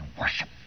worship